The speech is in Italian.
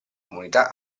comunità